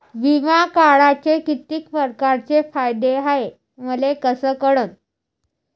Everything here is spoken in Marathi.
बिमा काढाचे कितीक परकारचे फायदे हाय मले कस कळन?